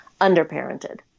underparented